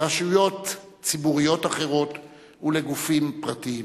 לרשויות ציבוריות אחרות ולגופים פרטיים.